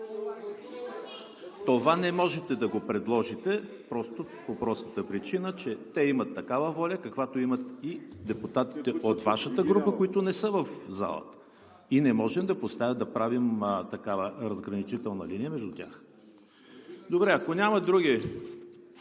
Това не можете да го предложите по простата причина, че те имат такава воля, каквато имат и депутатите от Вашата група, които не са в залата. Не можем да правим такава разграничителна линия между тях. Добре, ако няма други